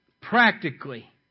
practically